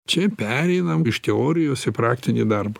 čia pereinam iš teorijos į praktinį darbą